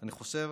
אני חושב